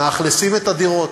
מאכלסים את הדירות.